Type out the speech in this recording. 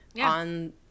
on